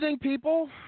people